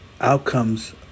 outcomes